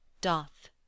doth